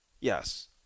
Yes